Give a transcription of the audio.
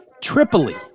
tripoli